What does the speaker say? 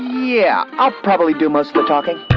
yeah, i'll probably do most of the talking.